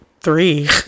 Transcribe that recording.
three